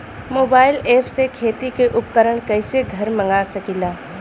Mobile ऐपसे खेती के उपकरण कइसे घर मगा सकीला?